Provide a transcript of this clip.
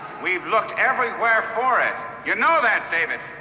we've looked everywhere for it. you know that, david.